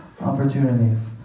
opportunities